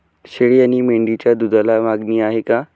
शेळी आणि मेंढीच्या दूधाला मागणी आहे का?